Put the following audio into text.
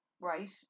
right